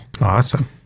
Awesome